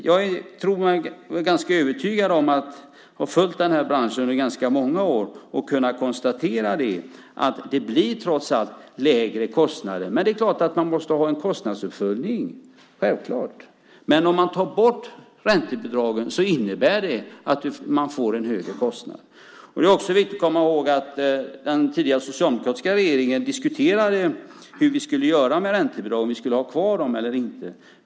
Jag har följt branschen under många år, och jag kan konstatera att det trots allt blir lägre kostnader. Men man måste självklart ha en kostnadsuppföljning. Men om räntebidragen tas bort innebär det att det blir en högre kostnad. Det är också viktigt att komma ihåg att den tidigare socialdemokratiska regeringen diskuterade hur vi skulle göra med räntebidragen, om de skulle vara kvar eller inte.